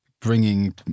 bringing